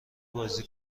بازی